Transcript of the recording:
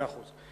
מאה אחוז.